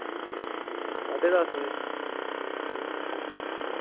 साढ़े दस्स बजे